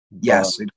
Yes